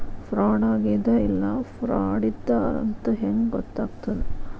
ಫ್ರಾಡಾಗೆದ ಇಲ್ಲ ಫ್ರಾಡಿದ್ದಾರಂತ್ ಹೆಂಗ್ ಗೊತ್ತಗ್ತದ?